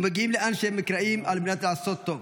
ומגיעים לאן שהם נקראים על מנת לעשות טוב.